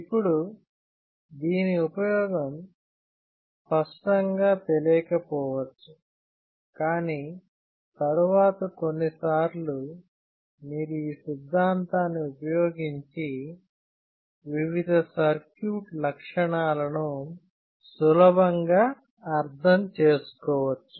ఇప్పుడు దీని ఉపయోగం స్పష్టంగా తెలియకపోవచ్చు కానీ తరువాత కొన్నిసార్లు మీరు ఈ సిద్ధాంతాన్ని ఉపయోగించి వివిధ సర్క్యూట్ లక్షణాలను సులభంగా అర్థం చేసుకోవచ్చు